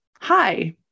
hi